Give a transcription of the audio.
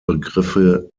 begriffe